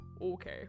okay